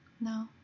No